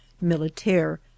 Militaire